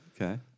okay